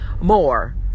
more